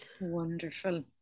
Wonderful